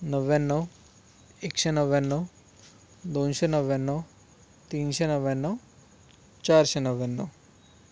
नव्याण्णव एकशे नव्याण्णव दोनशे नव्याण्णव तीनशे नव्याण्णव चारशे नव्याण्णव